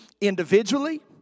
individually